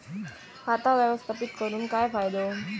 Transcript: खाता व्यवस्थापित करून काय फायदो?